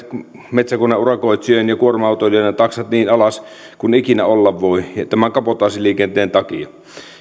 metsäkoneurakoitsijoiden ja kuorma autoilijoiden taksat niin alas kuin ikinä olla voi tämän kabotaasiliikenteen takia